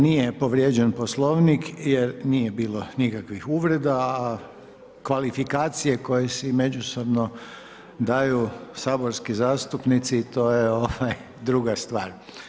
Nije povrijeđen Poslovnik jer nije bilo nikakvih uvreda, a kvalifikacije koje si međusobno daju saborski zastupnici, to je druga stvar.